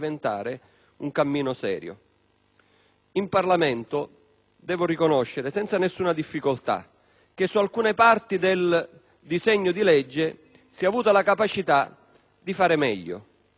In Parlamento - lo riconosco senza nessuna difficoltà - su alcune parti del disegno di legge si è avuta la capacità di fare meglio.